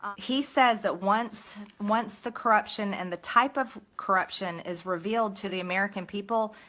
he says that once once the corruption and the type of corruption is revealed to the american people,